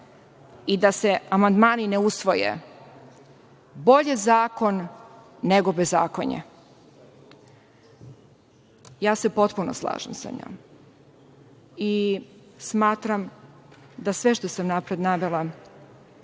i da se amandmani ne usvoje, bolje zakon, nego bezakonje.“Ja se potpuno slažem sa njom i smatram da sve što sam napred navela,